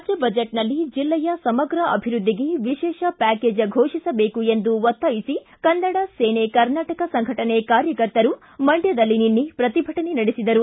ರಾಜ್ಣ ಬಜೆಟ್ನಲ್ಲಿ ಜಿಲ್ಲೆಯ ಸಮಗ್ರ ಅಭಿವೃದ್ದಿಗೆ ವಿಶೇಷ ಪ್ವಾಕೇಜ್ ಘೋಷಿಸಬೇಕು ಎಂದು ಒತ್ತಾಯಿಸಿ ಕನ್ನಡ ಸೇನೆ ಕರ್ನಾಟಕ ಸಂಘಟನೆ ಕಾರ್ಯಕರ್ತರು ಮಂಡ್ಲದಲ್ಲಿ ನಿನ್ನೆ ಪ್ರತಿಭಟನೆ ನಡೆಸಿದರು